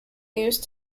used